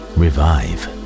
revive